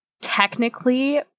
technically